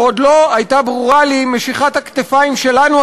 ועוד לא הייתה ברורה לי משיכת הכתפיים שלנו,